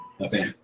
Okay